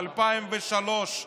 ב-2003,